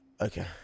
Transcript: Okay